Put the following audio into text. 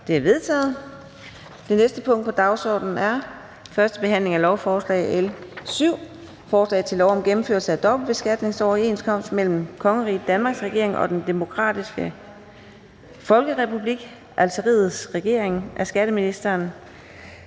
Det er vedtaget. --- Det næste punkt på dagsordenen er: 7) 1. behandling af lovforslag nr. L 7: Forslag til lov om gennemførelse af dobbeltbeskatningsoverenskomst mellem Kongeriget Danmarks regering og Den Demokratiske Folkerepublik Algeriets regering. Af skatteministeren